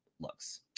looks